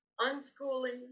unschooling